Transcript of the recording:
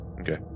Okay